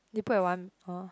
orh